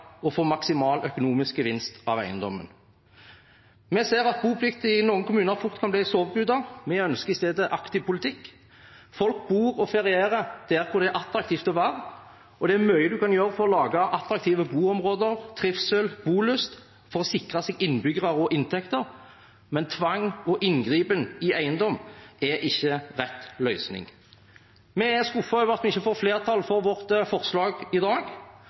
få maksimal økonomisk gevinst av eiendommen. Vi ser at boplikt i noen kommuner fort kan bli en sovepute. Vi ønsker i stedet en aktiv politikk. Folk bor og ferierer der det er attraktivt å være, og det er mye man kan gjøre for å lage attraktive boligområder, trivsel og bolyst, for å sikre seg innbyggere og inntekter. Men tvang og inngripen i eiendom er ikke rett løsning. Vi er skuffet over at vi ikke får flertall for vårt forslag i dag,